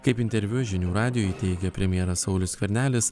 kaip interviu žinių radijui teigė premjeras saulius skvernelis